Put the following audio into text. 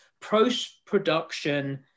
post-production